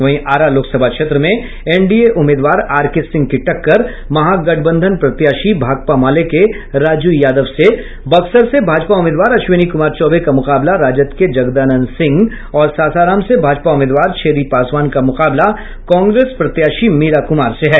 वहीं आरा लोकसभा क्षेत्र में एनडीए उम्मीदवार आर के सिंह की टक्कर महागठबंधन प्रत्याशी भाकपा माले के राजू यादव से बक्सर से भाजपा उम्मीदवार अश्विनी कुमार चौबे का मुकाबला राजद के जगदानंद सिंह और सासाराम से भाजपा उम्मीदवार छेदी पासवान का मुकाबला कांग्रेस प्रत्याशी मीरा कुमार से है